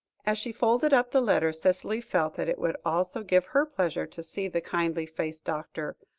as she folded up the letter, cicely felt that it would also give her pleasure to see the kindly-faced doctor,